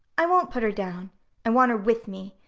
i won't put her down i want her with me.